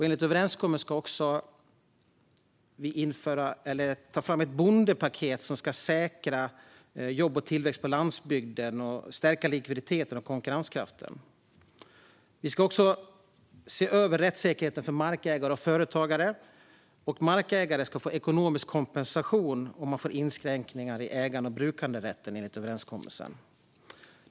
Enligt överenskommelsen ska vi också ta fram ett bondepaket som ska säkra jobb och tillväxt på landsbygden och stärka likviditeten och konkurrenskraften. Vi ska också se över rättssäkerheten för markägare och företagare, och markägare ska enligt överenskommelsen få ekonomisk kompensation för inskränkningar i ägande och brukanderätten.